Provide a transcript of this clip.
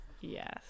yes